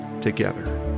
together